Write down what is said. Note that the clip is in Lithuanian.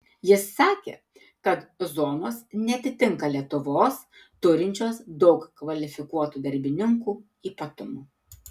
jis sakė kad zonos neatitinka lietuvos turinčios daug kvalifikuotų darbininkų ypatumų